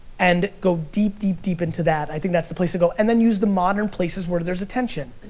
and go deep deep deep into that, i think that's the place to go, and then use the modern places where there's attention.